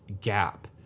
gap